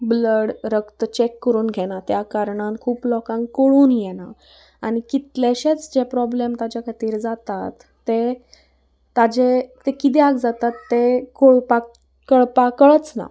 blood रक्त check करून घेना त्या कारणान खूब लोकांक कळून येना आनी कितलेशेच जे प्रोब्लेम ताजे खातीर जातात ते ताजे ते किद्याक जातात ते कळपाक कळपाक कळच ना